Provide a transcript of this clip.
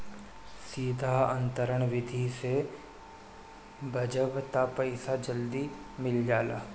सीधा अंतरण विधि से भजबअ तअ पईसा जल्दी मिल जाला